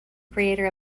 creator